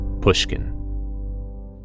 Pushkin